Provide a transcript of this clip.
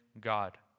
God